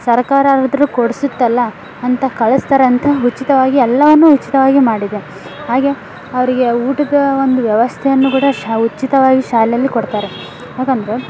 ಸರ್ಕಾರ ಆದರೂ ಕೊಡಿಸುತ್ತಲ್ಲ ಅಂತ ಕಳಿಸ್ತಾರೆ ಅಂತ ಉಚಿತವಾಗಿ ಎಲ್ಲವನ್ನೂ ಉಚಿತವಾಗೇ ಮಾಡಿದೆ ಹಾಗೆ ಅವರಿಗೆ ಊಟದ ಒಂದು ವ್ಯವಸ್ಥೆಯನ್ನು ಕೂಡ ಶ ಉಚಿತವಾಗಿ ಶಾಲೆಯಲ್ಲಿ ಕೊಡ್ತಾರೆ ಯಾಕಂದರೆ